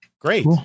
Great